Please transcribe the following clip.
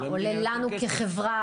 עולה לנו כחברה,